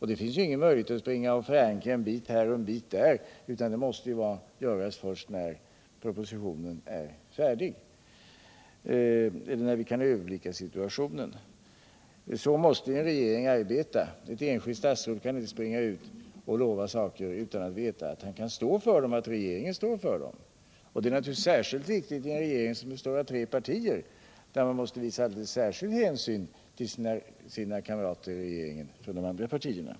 Det går ju inte att springa omkring och förankra en bit här och en bit där, utan det kan göras först när vi kan överblicka situationen. Så måste en regering arbeta. Ett enskilt statsråd kan inte 'ova saker utan att veta att regeringen står för dem, och det är naturligtvis särskilt viktigt i en regering som består av tre partier, där man måste visa alldeles särskild hänsyn till sina kamrater från de andra partierna.